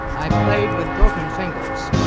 i played with broken fingers.